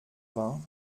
vingt